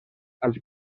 als